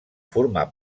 formar